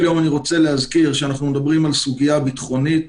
יום אני רוצה להזכיר שאנחנו מדברים על סוגיה ביטחונית,